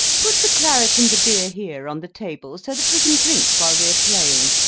put the claret and the beer here, on the table, so that we can drink while we are playing.